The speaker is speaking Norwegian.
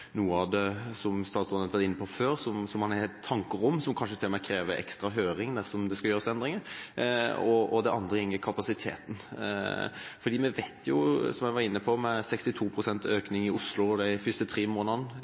noe av det som statsråden har vært inne på før, som han har tanker om, kanskje til og med krever ekstra høring dersom det skal gjøres endringer. Det andre går på kapasiteten. Vi vet jo, som jeg var inne på, at det var 62 pst. økning i Oslo de første tre månedene,